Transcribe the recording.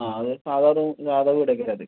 ആ അത് സാധാ റൂം സാധാ വീടൊക്കെയാണ് അത്